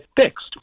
fixed